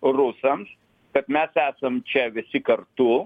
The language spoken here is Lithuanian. rusams kad mes esam čia visi kartu